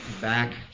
back